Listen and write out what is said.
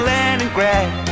Leningrad